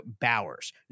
bowers